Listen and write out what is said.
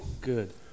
Good